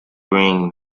bring